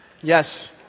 Yes